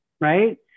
right